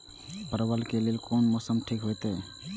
परवल के लेल कोन मौसम ठीक होते?